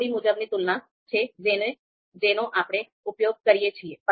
આ જોડી મુજબની તુલના છે જેનો આપણે ઉપયોગ કરીએ છીએ